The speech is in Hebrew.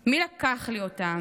/ מי לקח לי אותם?